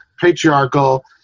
patriarchal